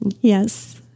Yes